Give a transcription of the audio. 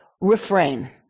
Refrain